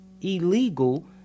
illegal